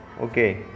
Okay